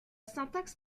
syntaxe